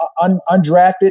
undrafted